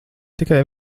tikai